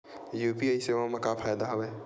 UPI सेवा मा का फ़ायदा हवे?